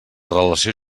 relació